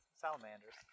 salamanders